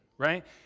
right